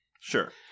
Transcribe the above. Sure